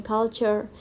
Culture